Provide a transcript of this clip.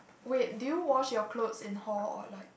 wait did you wash your clothes in hall or like